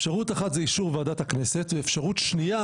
אפשרות אחת זה אישור ועדת הכנסת ואישור שנייה